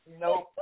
No